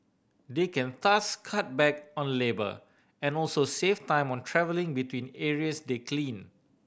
they can thus cut back on labour and also save time on travelling between areas they clean